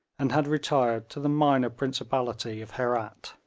and had retired to the minor principality of herat.